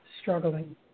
struggling